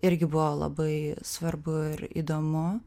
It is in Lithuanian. irgi buvo labai svarbu ir įdomu